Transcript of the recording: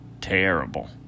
terrible